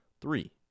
Three